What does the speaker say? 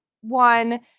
one